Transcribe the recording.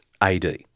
AD